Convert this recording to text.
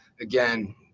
again